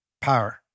power